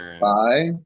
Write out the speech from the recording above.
bye